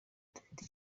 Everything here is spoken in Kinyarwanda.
bufite